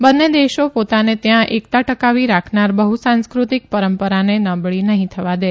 બંને દેશો પોતાને ત્યાં એકતા ટકાવી રાખનાર બહ્ સાંસ્કૃતિક પરંપરાને નબળી નહી થવા દે